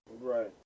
Right